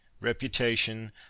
reputation